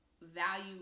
value